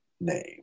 name